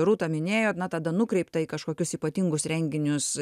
rūta minėjo na tada nukreipta į kažkokius ypatingus renginius